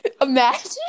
Imagine